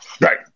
Right